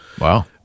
Wow